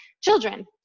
children